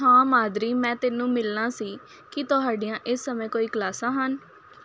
ਹਾਂ ਮਾਦੁਰੀ ਮੈਂ ਤੈਨੂੰ ਮਿਲਣਾ ਸੀ ਕੀ ਤੁਹਾਡੀਆਂ ਇਸ ਸਮੇਂ ਕੋਈ ਕਲਾਸਾਂ ਹਨ